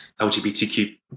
LGBTQ